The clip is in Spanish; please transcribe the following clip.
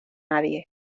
nadie